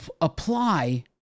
apply